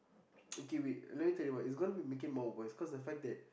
okay wait let me tell you what it's going to make it more worse because the fact that